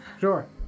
Sure